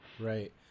right